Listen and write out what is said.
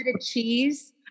cheese